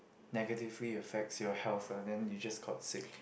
negatively affects your health lah then you just got sick